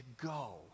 go